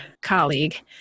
colleague